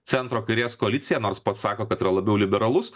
centro kairės koaliciją nors pats sako kad yra labiau liberalus